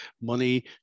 money